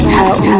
help